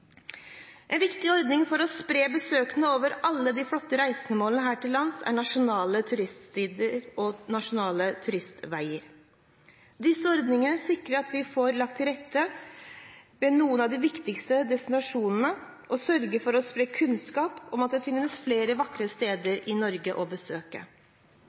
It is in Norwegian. for å spre besøkende over alle de flotte reisemålene her til lands er Nasjonale turstier og Nasjonale turistveger. Ordningene sikrer at vi får lagt til rette ved noen av de viktigste destinasjonene, og sørger for å spre kunnskap om at det finnes flere vakre steder å besøke